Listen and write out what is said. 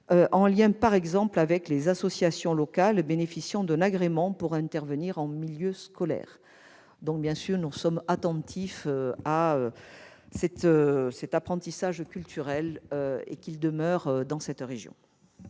en lien, par exemple, avec les associations locales bénéficiant d'un agrément pour intervenir en milieu scolaire. Au total, nous sommes attentifs à ce que cet apprentissage culturel perdure dans cette région.